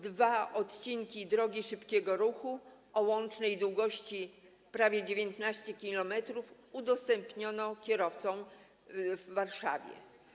Dwa odcinki drogi szybkiego ruchu o łącznej długości prawie 19 km udostępniono kierowcom w Warszawie.